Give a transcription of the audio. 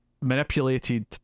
manipulated